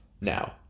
Now